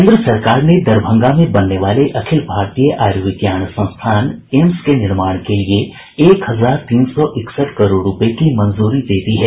केन्द्र सरकार ने दरभंगा में बनने वाले अखिल भारतीय आयूर्विज्ञान संस्थान एम्स के निर्माण के लिये एक हजार तीन सौ इकसठ करोड़ रूपये की मंजूरी दे दी है